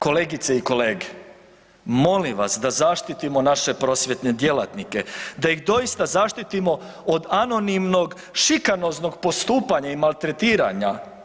Kolegice i kolege, molim vas da zaštitimo naše prosvjetne djelatnike, da ih doista zaštitimo od anonimnog šikanoznog postupanja i maltretiranja.